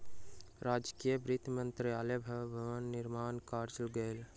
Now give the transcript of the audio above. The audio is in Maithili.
राज्यक वित्त मंत्रालयक भव्य भवन निर्माण कयल गेल